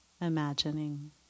imagining